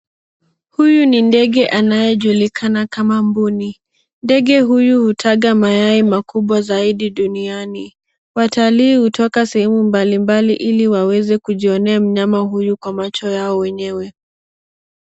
Huyu ni ndege anayejulikana kama mbuni. Ndege huyu hutaga mayai makubwa zaidi duniani. Watalii hutoka sehemu mbalimbali ili waweze kujionea mnyama huyu kwa macho yao wenyewe.